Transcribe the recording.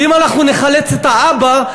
ואם אנחנו נחלץ את האבא,